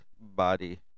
body